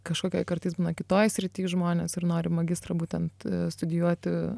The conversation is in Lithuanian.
kažkokioj kartais būna kitoj srity žmonės ir nori magistrą būtent studijuoti